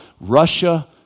Russia